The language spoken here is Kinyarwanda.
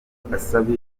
barasabwa